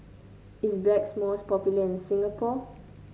is Blackmores popular in Singapore